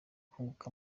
kunguka